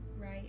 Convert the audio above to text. right